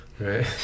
Right